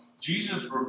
Jesus